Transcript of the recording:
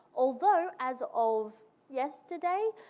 although as of yesterday,